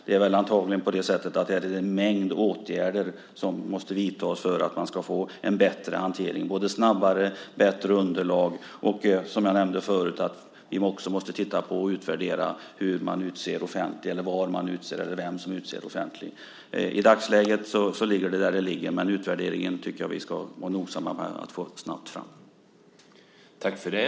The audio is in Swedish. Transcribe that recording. Det är väl antagligen så att en mängd åtgärder måste vidtas för att man ska få en bättre hantering, både snabbare och bättre underlag, och som jag nämnde förut måste vi också titta på och utvärdera hur, var och vem som utser offentlig försvarare. I dagsläget ligger det där det ligger. Men utvärderingen tycker jag att vi ska vara noga med att få fram snabbt.